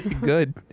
Good